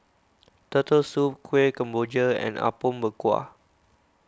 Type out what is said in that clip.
Turtle Soup Kueh Kemboja and Apom Berkuah